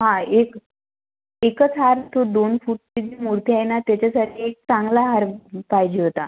हां एक एकच हार तो दोन फूटची जी मूर्ती आहे ना त्याच्यासाठी एक चांगला हार पाहिजे होता